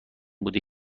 بوده